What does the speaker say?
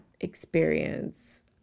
experience